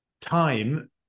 time